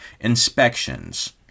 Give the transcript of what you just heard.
inspections